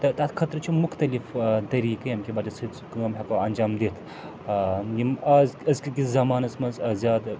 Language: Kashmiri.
تہٕ تَتھ خٲطرٕ چھِ مختلف ٲں طریٖقہٕ ییٚمہِ کہِ وجہ سۭتۍ سۄ کٲم ہیٚکو انجام دِتھ ٲں یِم آز أزککِس زَمانَس منٛز ٲں زیادٕ